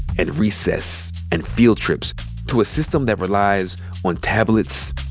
and recess, and field trips to a system that relies on tablets,